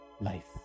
life